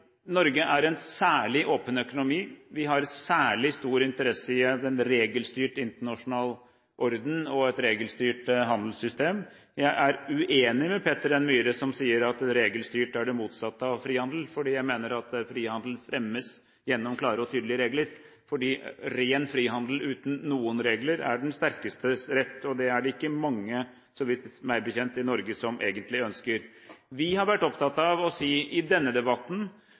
Norge er en særlig åpen økonomi. Vi har særlig stor interesse i en regelstyrt internasjonal orden og et regelstyrt handelssystem. Jeg er uenig med representanten Peter N. Myhre som sier at regelstyrt er det motsatte av frihandel, for jeg mener at frihandel fremmes gjennom klare og tydelige regler. Ren frihandel uten noen regler er den sterkestes rett, og det er det ikke mange i Norge – meg bekjent – som egentlig ønsker. Vi har vært opptatt av å si i denne debatten,